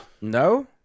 No